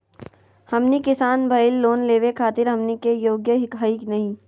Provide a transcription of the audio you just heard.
हमनी किसान भईल, लोन लेवे खातीर हमनी के योग्य हई नहीं?